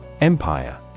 Empire